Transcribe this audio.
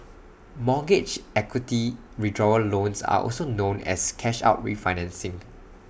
mortgage equity withdrawal loans are also known as cash out refinancing